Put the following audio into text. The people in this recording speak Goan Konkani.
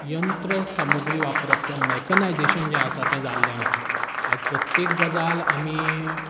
यंत्र सामुग्री वापरप किंवा मॅकनायजेशन जें आसा तें जाल्लें आसा आयज प्रत्येक गजाल आमी